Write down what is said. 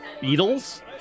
beetles